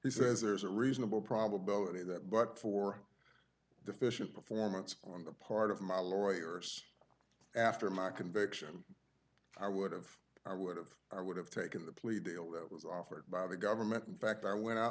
he says there's a reasonable probability that but for the fish and performance on the part of my lawyers after my conviction i would've i would've i would have taken the plea deal that was offered by the government in fact i went out